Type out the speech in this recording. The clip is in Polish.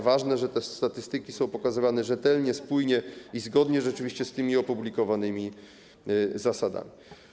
Ważne, że te statystyki są pokazywane rzetelnie, spójnie i zgodnie rzeczywiście z tymi opublikowanymi zasadami.